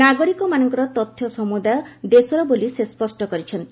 ନାଗରିକମାନଙ୍କର ତଥ୍ୟ ସମ୍ରଦାୟ ଓ ଦେଶର ବୋଲି ସେ ସ୍ୱଷ୍ଟ କରିଛନ୍ତି